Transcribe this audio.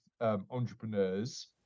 Entrepreneurs